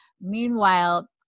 Meanwhile